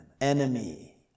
enemy